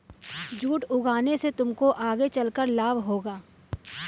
jute उगाने से तुमको आगे चलकर लाभ होगा